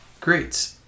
great